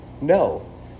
No